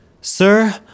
Sir